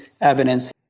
evidence